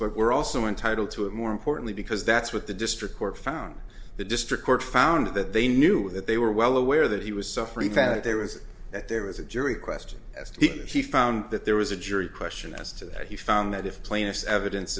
but we're also entitled to it more importantly because that's what the district court found the district court found that they knew that they were well aware that he was suffering that there was that there was a jury question as he found that there was a jury question as to that he found that if plaintiff's evidence